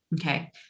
Okay